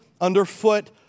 underfoot